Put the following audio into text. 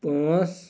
پانٛژھ